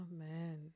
Amen